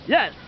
Yes